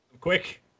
Quick